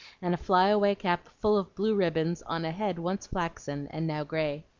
and a fly-away cap full of blue ribbons, on a head once flaxen and now gray.